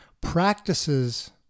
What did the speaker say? practices